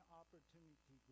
opportunity